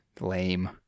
lame